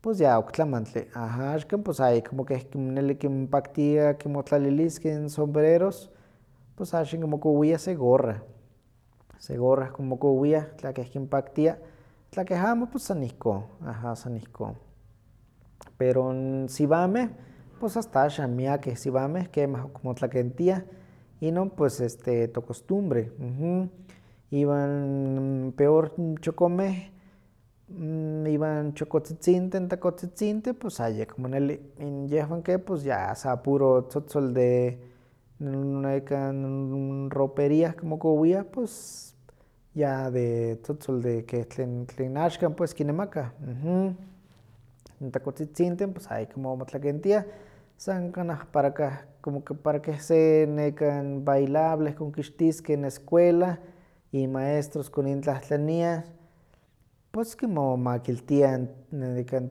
pos ya oktlamantli, aha, axkan pos ayekmo ken neli kinpaktia kinmotlaliliskeh n sombreros, pos axan kimokowiah se gorrah, se gorrah kimokowiah tla keh amo kinpaktia, tla keh amo pos san ihkon, san ihkon, aha san ihkon. Pero n siwameh pos asta axan miakeh siwameh, kemah okmotlakentiah inon pues este tocostumbre. Iwan peor chokomeh n iwan chokotzitzitih, takotzitzintih ayeko neli, pues yehwan ke sa puro tzotzol de, n nekan n ropería kimokowiah pos ya de tzotzol de keh tlen- tlen axkan pues kinemakah. Takotzitzintih pues ayekmo motlakentiah, san kanah para keh se nekan nekan bailable konkixtiskeh n escuela, inmaestros konintlahtlaniah, pos kimomakiltiah n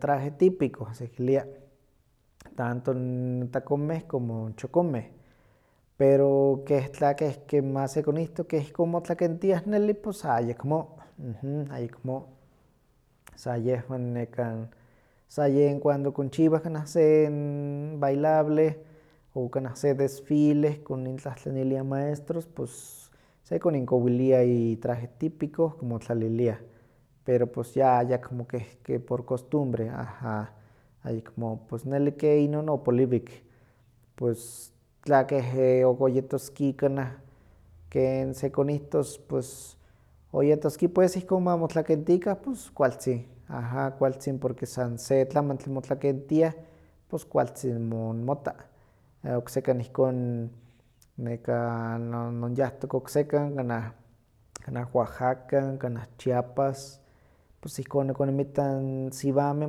traje típico sekilia, tanto n takomeh como chokomeh, pero keh tla keh ma sekonihto keh ihkon motlakentiah neli, pues ayekmo, ayekmo. Sa yehwan nekan, sa yen cuando konchiwah se bailable o kanah se desfile konintlahtlaniliah maestros pos sekoninkowilia itraje típico, kimotlaliliah, pero pos ya ayekmo keh keh por costumbre, aha, ayekmo. Pos neli ke inon opoliwik, pues tla keh oyetoski kanah ken sekonihtos, pos owetoski pues ihkon ma motlakentika pues kualtzin, aha, kualtzin porque san se tlamantli motlakentiah pues kualtzin mo- motta. Oksekan ihkon nonyahtok oksekan kanah oaxaca, chiapas, pos ihkon nikoninmitta n siwameh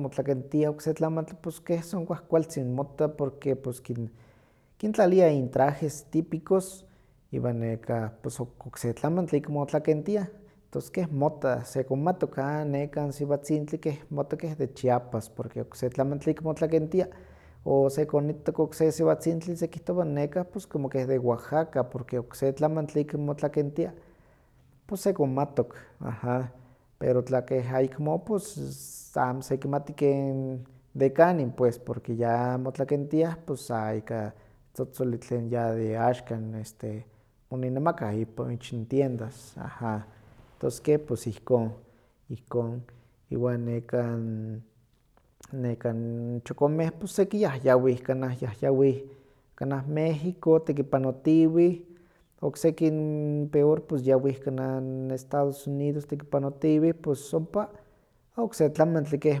motlakentiah okse tlamantli pos san keh kuahkualtzin mottah pues keh kin- kintlaliah intrajes típicos iwan nekah ompa okse tlamantli ik motlakentiah, entos keh motta, sekonmatok an nekan siwatzintli mottah keh de chiapas porque okse tlamantli ik motlakentia, o sekonittok okse siwatzintli sekihtowa nekan pos coom keh de oaxaca porque okse tlamantli ik motlakentia, pos sekonmatok, aha. Pero tla keh ayekmo pos amo sekimati ken de kanin pues porque ya motlakentiah pos sa ika tzotzoli tlen ya de axakan koninnemakah ich n tiendas, aha, pos ke pos ikhon, ihkon. Iwan nekan, nekan chokomeh pos seki yahyawih kanah yahwawih kanah mexico tekioanotiwih, okseki peor pos yawih kanah n estados unidos tekipanotiiweh pos ompa okse tlamantli keh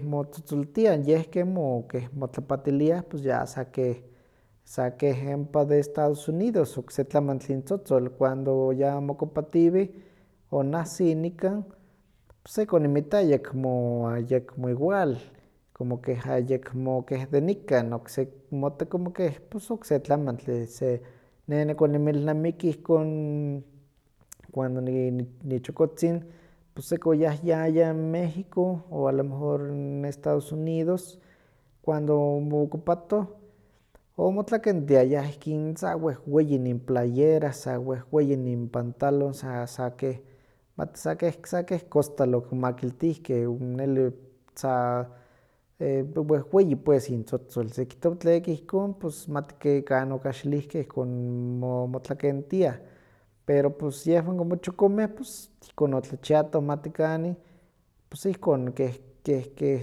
motzotzoltiah, yeh ke mo- keh motlapatiliah pos ya sa keh sa keh ompa de estados unidos okse tlamantli intzotzol, cuando ya mokopatiwih, onahsi nikan, ps sekoninmita ayekmo ayekmo igual coo keh ayekmo keh de nikan, mota como ke pos okse tlamantli, neh nikoninmilnamiki ihkon cuando ni- nichokotzin pos seki oyahyayah n mexico o alomejor estados unidos, cuando omokopatoh, omotlakentiayah ihkin sa wehweyin inplayeras, sa wehweyin inpantalon, sa sa keh mati sa keh sa keh kostal okimomakiltihkeh, neli sa e- wehweyi pues intzotzol, sekihtowa mati tleka ihkon, pos mati ke kan okahxilihkeh ihkon mo- motlakentiah. Pero pos yehwan como chokomeh ihkon otlachiatoh amati kanin, pos ihkon keh keh keh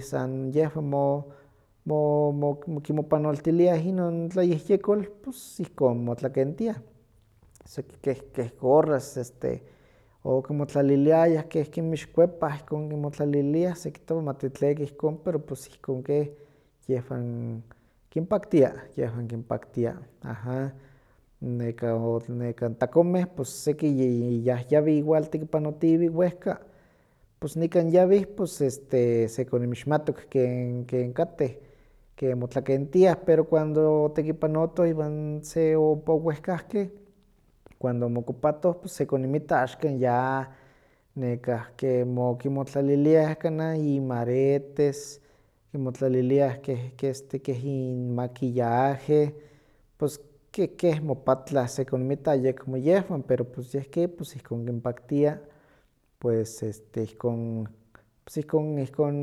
san yehwan mo- mo- mok- kimopanoltiliah inon tlayehyekol pos ihkon motlakentiah, keh keh gorras este okimotlaliliayah keh kinmixkuepah ihkon kimotlaliliah sekihtowa amate tlieka ihkon pero pos ihkon ke yehwan kinpaktia, yehwan kinpaktia, aha. Nekah nekah takomeh seki yi- yahyawih igual tekipanotiweh wehka pos nikan yawih pos este sekoninmixmatok ken ken katteh, ken motlakentiah, pero cuando otekipanotoh iwan se ompa owehkahkkeh cuando omokopatoh pos sekoninmita axkan ya nekahki no kinmotlaliliah inmiaretes, kinmotlaliliah keh este keh inmaquillaje pos ke keh mopatlah, pos sekoninmita ayekmo yehwan, pero pos yeh ke pos ihkon kinpaktia pues este ihkon pos ihkon, ihkon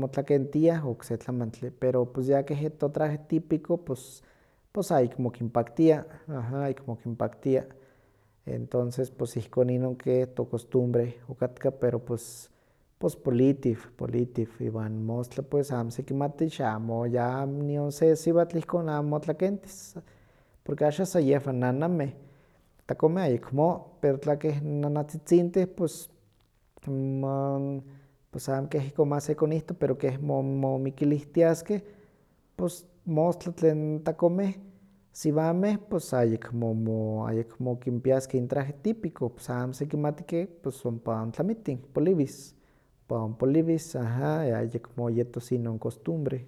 motlakentiah, okse tlamantli, pero pos ya keh totraje típico pos ayekmo kinpaktia, aha, ayekmo kinpaktia, entonces pos ihkon inon ke tocostumbre okatka pero pos pos politiw, politiw, iwan mostla pues amo sekimati xamo ya nion se siwatl ihkon amo motlakentiks, porque axan sa yehwan nanameh, takomeh ayekmo, pero tla keh nanatzitzinth pos ma- pos amo keh ihkon ma sekonihto pero keh mo- mo- momikilistiaskeh pos mostla tlen takomeh, siwameh, pos ayekmo mo- ayekmo kinpiaskeh intraje típico, pos amo sekimati ke pos ompa ontlamitin, poliwis, ompa onpoliwis, aha, ayekmo yetos inon costumbre.